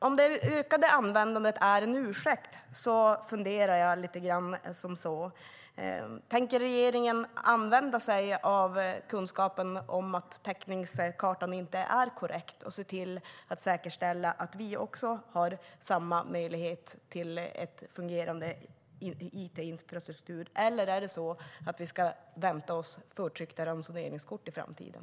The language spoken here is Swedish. Om det ökade användandet är en ursäkt undrar jag: Tänker regeringen använda kunskapen om att täckningskartan inte är korrekt och se till att säkerställa att vi också har samma tillgång till en fungerande it-infrastruktur, eller ska vi vänta oss förtryckta ransoneringskort i framtiden?